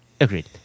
Agreed